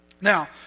Now